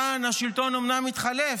כאן השלטון אומנם התחלף,